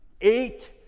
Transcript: eight